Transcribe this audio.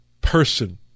person